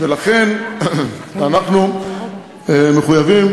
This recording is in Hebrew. בעצם אין מועד שהיא מחויבת